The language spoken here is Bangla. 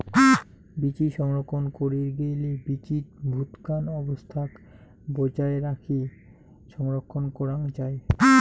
বীচি সংরক্ষণ করির গেইলে বীচি ভুতকান অবস্থাক বজায় রাখি সংরক্ষণ করাং যাই